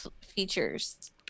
features